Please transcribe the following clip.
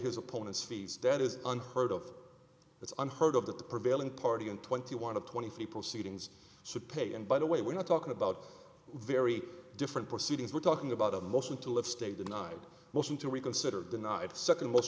his opponents fees that is unheard of it's unheard of that the prevailing party in twenty one of twenty three proceedings should pay and by the way we're not talking about very different proceedings we're talking about a motion to live state denied motion to reconsider the not second mo